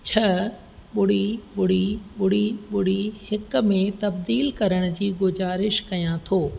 छ ॿुड़ी ॿुड़ी ॿुड़ी ॿुड़ी हिकु में तब्दीलु करण जी गुज़ारिश कयां थो